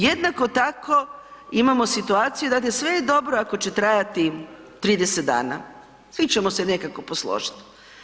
Jednako tako, imamo situaciju, dakle sve je dobro ako će trajati 30 dana, svi ćemo se nekako posložit.